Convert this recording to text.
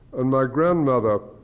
and my grandmother,